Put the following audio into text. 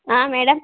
madam